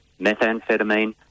methamphetamine